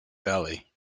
valley